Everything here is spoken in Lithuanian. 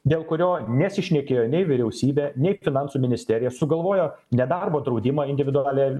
dėl kurio nesišnekėjo nei vyriausybė nei finansų ministerija sugalvojo nedarbo draudimą individualią